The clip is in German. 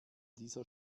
dieser